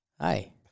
Hi